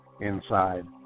inside